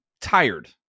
tired